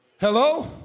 Hello